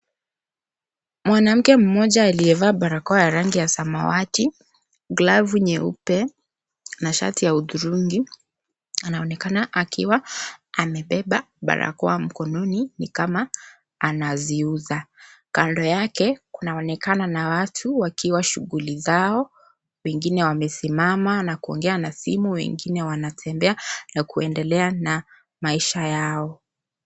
Mwanamke mmoja aliyevaa barakoa ya rangi ya samawati, glavu nyeupe, na shati ya udurungi, anaonekana akiwa amebeba barakoa mkononi, ni kama, anaziuza, kando yake, kunaonekana na watu, wakiwa shuguli zao, wengine wamesimama na kuongea na simu, wengine wanatembea, na kuendelea na, maisha yao.